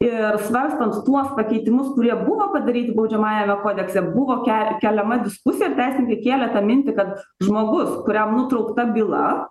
ir svarstant tuos pakeitimus kurie buvo padaryti baudžiamajame kodekse buvo kel keliama diskusija teisininkai kėlė tą mintį kad žmogus kuriam nutraukta byla